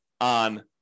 on